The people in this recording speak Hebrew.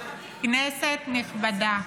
כנסת נכבדה.